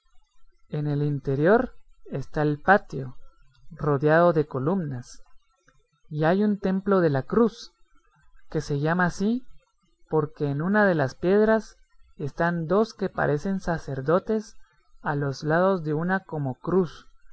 en el interior está el patio rodeado de columnas y hay un templo de la cruz que se llama así porque en una de las piedras están dos que parecen sacerdotes a los lados de una como cruz